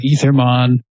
Ethermon